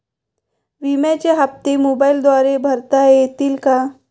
विम्याचे हप्ते मोबाइलद्वारे भरता येतील का?